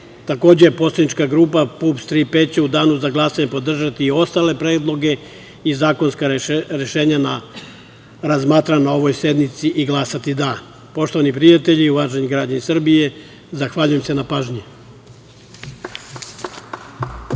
zakona. Takođe, Poslanička grupa PUPS „Tri P“ će u danu za glasanje podržati i ostale predloge i zakonska rešenja razmatrana na ovoj sednici i glasati za. Poštovani prijatelji i uvaženi građani Srbije, zahvaljujem se na pažnji.